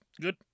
Good